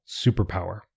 superpower